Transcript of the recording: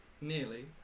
nearly